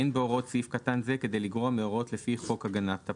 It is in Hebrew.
אין בהוראות סעיף קטן זה כדי לגרוע מהוראות לפי חוק הגנת הפרטיות".